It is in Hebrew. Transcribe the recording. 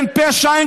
אין פשע,